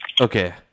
Okay